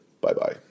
bye-bye